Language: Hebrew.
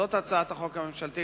זאת הצעת החוק הממשלתית.